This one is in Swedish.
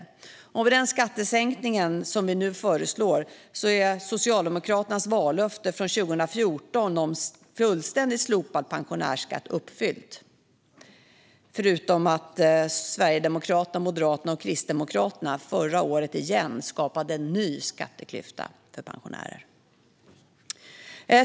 I och med den skattesänkning vi nu föreslår är Socialdemokraternas vallöfte från 2014 om fullständigt slopad pensionärsskatt uppfyllt. Sverigedemokraterna, Moderaterna och Kristdemokraterna skapade dock förra året återigen en ny skatteklyfta för pensionärer.